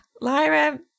Lyra